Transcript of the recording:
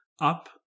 up